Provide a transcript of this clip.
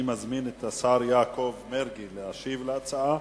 אני מזמין את השר יעקב מרגי להשיב על ההצעה,